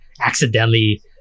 accidentally